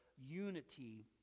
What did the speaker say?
unity